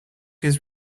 his